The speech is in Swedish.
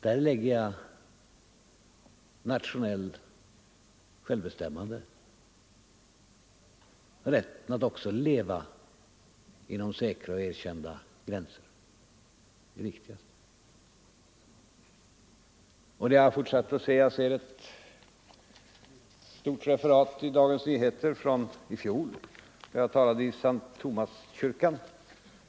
Därmed menar jag att nationellt självbestämmande — rätten att också leva inom säkra och erkända gränser — är det viktigaste. Det finns ett stort referat i Dagens Nyheter från i fjol, när jag talade i S:t Tomaskyrkan.